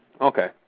Okay